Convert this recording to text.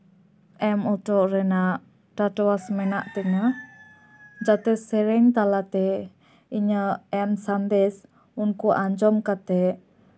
ᱮᱢ ᱦᱚᱴᱚ ᱨᱮᱭᱟᱜ ᱴᱟᱴᱚᱣᱟᱥ ᱢᱮᱱᱟᱜ ᱛᱤᱧᱟᱹ ᱡᱟᱛᱮ ᱥᱮᱨᱮᱧ ᱛᱟᱞᱟᱛᱮ ᱤᱧᱟᱹᱜ ᱮᱢ ᱥᱟᱸᱫᱮᱥ ᱩᱱᱠᱩ ᱟᱸᱡᱚᱢ ᱠᱟᱛᱮ